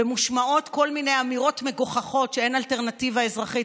ומושמעות כל מיני אמירות מגוחכות שאין אלטרנטיבה אזרחית,